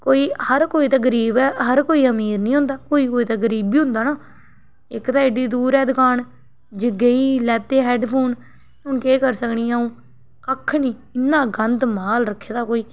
कोई हर कोई ते गरीब ऐ हर कोई अमीर नी होंदा कोई कोई ते गरीब बी होंदा ना इक ते एड्डी दूर ऐ दकान जे गेई लैते हैडफोन हून केह् करी सकनी आ'ऊं कक्ख नी इ'न्ना गंद माल रक्खे दा कोई